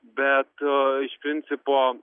bet iš principo